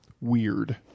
weird